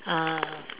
uh